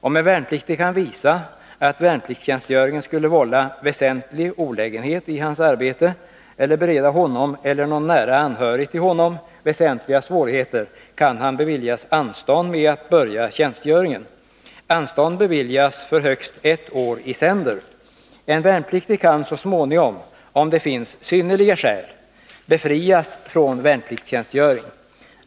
Om en värnpliktig kan visa att värnpliktstjänstgöringen skulle vålla väsentlig olägenhet i hans arbete eller bereda honom eller någon nära anhörig till honom väsentliga svårigheter kan han beviljas anstånd med att börja tjänstgöringen. Anstånd beviljas för högst ett år i sänder. En värnpliktig kan så småningom — om det finns synnerliga skäl — befrias från värnpliktstjänstgöring.